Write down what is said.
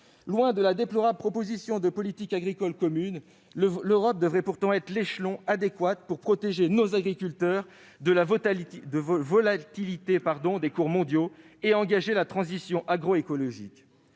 Loin de la déplorable proposition de politique agricole commune, l'Europe devrait pourtant être l'échelon adéquat pour protéger nos agriculteurs de la volatilité des cours mondiaux et engager la transition agroécologique.